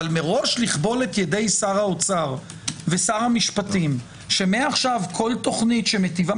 אבל מראש לכבול את ידי שר האוצר ושר המשפטים שמעכשיו כל תוכנית שמיטבה?